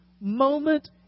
moment